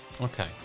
okay